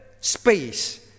space